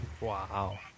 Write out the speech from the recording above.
Wow